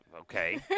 Okay